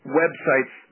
websites